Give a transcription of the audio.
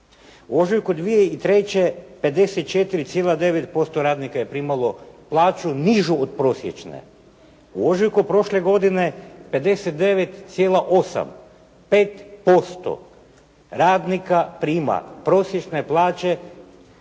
U ožujku 2003. 54,9% radnika je primalo plaću nižu od prosječne. U ožujku prošle godine 59,8, 5% radnika prima prosječne plaće,